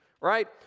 right